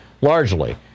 largely